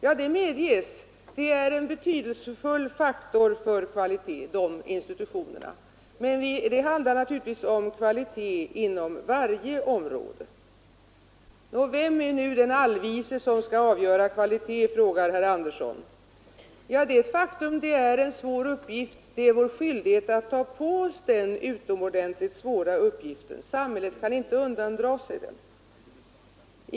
Ja, det medges, de institutionerna är betydelsefulla faktorer för kvaliteten. Men det handlar naturligtvis om kvalitet inom varje område. Vem är nu den allvise som skall avgöra kvaliteten? frågar herr Andersson. Ja, det är en svår uppgift. Men det är vår skyldighet att ta på oss den — samhället kan inte undandra sig det ansvaret.